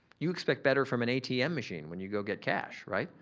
you expect better from an atm machine when you go get cash, right?